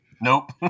Nope